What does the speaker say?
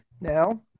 Now